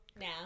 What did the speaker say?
now